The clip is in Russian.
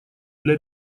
для